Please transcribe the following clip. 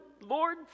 Lord